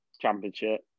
championship